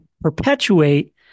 perpetuate